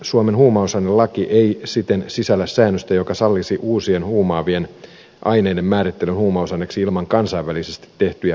suomen huumausainelaki ei siten sisällä säännöstä joka sallisi uusien huumaavien aineiden määrittelyn huumausaineeksi ilman kansainvälisesti tehtyjä päätöksiä